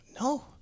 no